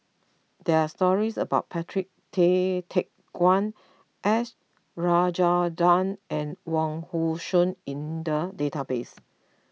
there are stories about Patrick Tay Teck Guan S Rajendran and Wong Hong Suen in the database